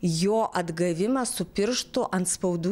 jo atgavimas su pirštų antspaudų